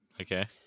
Okay